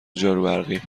جاروبرقی